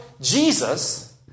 Jesus